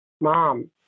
Mom